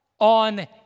on